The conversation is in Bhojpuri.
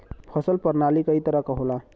फसल परनाली कई तरह क होला